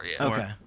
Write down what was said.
Okay